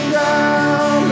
down